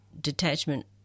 detachment